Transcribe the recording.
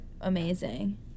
amazing